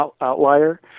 outlier